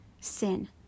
sin